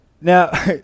Now